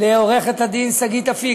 לעורכת-הדין שגית אפיק,